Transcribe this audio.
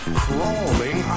crawling